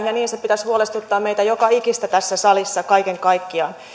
ja niin niiden pitäisi huolestuttaa meitä joka ikistä tässä salissa kaiken kaikkiaan